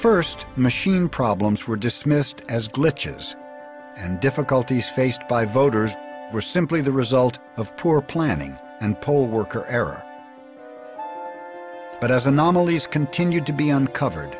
first machine problems were dismissed as glitches and difficulties faced by voters were simply the result of poor planning and poll worker error but as anomalies continued to be uncovered